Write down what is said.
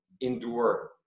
endure